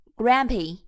grumpy